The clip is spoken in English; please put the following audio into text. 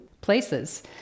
places